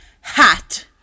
hat